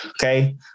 Okay